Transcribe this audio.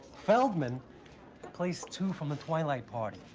feldman placed two from the twilight party.